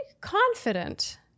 confident